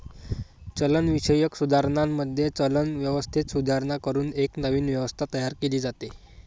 चलनविषयक सुधारणांमध्ये, चलन व्यवस्थेत सुधारणा करून एक नवीन व्यवस्था तयार केली जाते